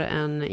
en